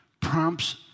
prompts